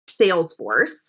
Salesforce